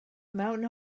mewn